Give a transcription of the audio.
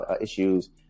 issues